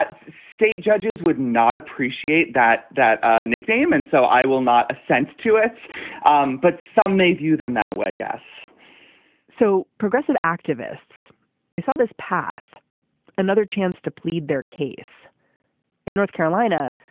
so state judges would not appreciate that that nickname and so i will not a sense to it um but some may view them that way yes so progressive activists they saw this path another chance to plead their case in north carolina.